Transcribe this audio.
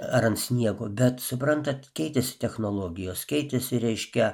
ar ant sniego bet suprantat keitėsi technologijos keitėsi reiškia